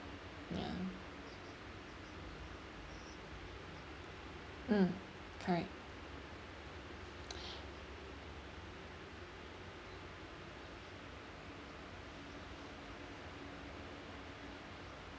ya mm correct